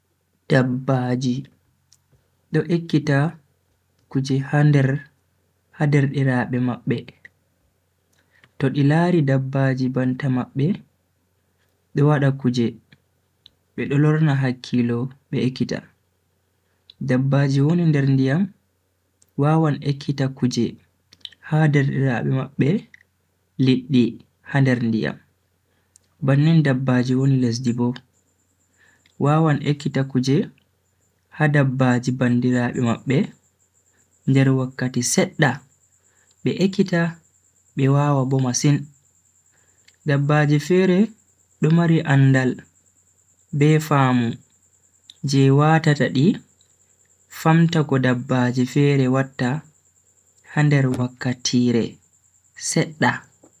Dabbaaji do ekkita kuje ha bandiraabe mabbe. to di lari dabbaji banta mabbe do wada kuje bedo lorna hakkilo be ekkita. dabbaji woni nder ndiyam wawan ekkita kuje ha bandiraabe mabbe liddi ha nder ndiyam. bannin dabbaji woni lesdi bo, wawan ekkita kuje ha dabbaji bandiraabe mabbe nder wakkati sedda be ekkita be wawa Bo masin. dabbaaji fere do mari andal be faamu je watata di famta ko dabbaji fere watta ha nder wakkatire sedda.